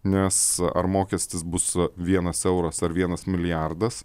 nes ar mokestis bus vienas euras ar vienas milijardas